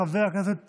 חבר הכנסת